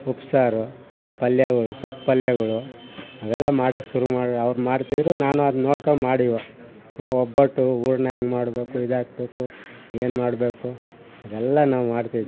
ಉಪ್ಪುಸಾರು ಪಲ್ಯಗಳು ಸೊಪ್ಪು ಪಲ್ಯಗಳು ಅವೆಲ್ಲ ಮಾಡಾಕೆ ಶುರು ಮಾಡ್ದ್ರೆ ಅವ್ರು ಮಾಡ್ತಿದ್ದರು ನಾನು ಅದ್ನ ನೋಡ್ಕೊ ಮಾಡಿವೆ ಒಬ್ಬಟ್ಟು ಹೂರ್ಣ ಹೆಂಗ್ ಮಾಡಬೇಕು ಇದಾಕಬೇಕು ಏನು ಮಾಡಬೇಕು ಅದೆಲ್ಲ ನಾವು ಮಾಡ್ತಿದ್ದೆ